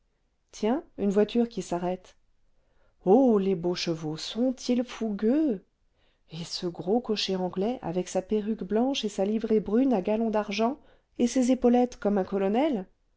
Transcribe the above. tiens une voiture qui s'arrête oh les beaux chevaux sont-ils fougueux et ce gros cocher anglais avec sa perruque blanche et sa livrée brune à galons d'argent et ses épaulettes comme un colonel